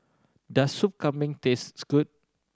does Soup Kambing taste good